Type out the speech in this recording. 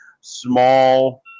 small